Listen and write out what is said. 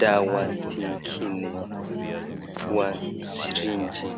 dawa zingine kwa sirinji.